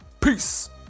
Peace